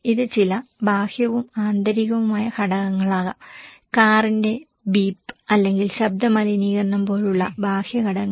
ഇത് ചില ബാഹ്യവും ആന്തരികവുമായ ഘടകങ്ങളാകാം കാറിന്റെ ബീപ്പ് അല്ലെങ്കിൽ ശബ്ദ മലിനീകരണം പോലുള്ള ബാഹ്യ ഘടകങ്ങൾ